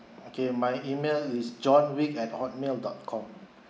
okay my email is john wick at hotmail dot com